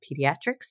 Pediatrics